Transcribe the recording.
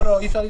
לא, אי-אפשר.